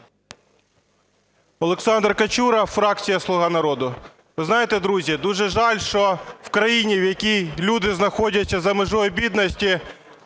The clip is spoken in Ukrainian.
Олександр Качура, фракція "Слуга народу". Ви знаєте, друзі, дуже жаль, що в країні, в якій люди знаходяться за межею бідності,